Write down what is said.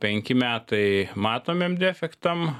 penki metai matomiem defektam